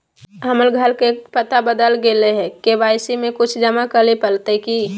हमर घर के पता बदल गेलई हई, के.वाई.सी में कुछ जमा करे पड़तई की?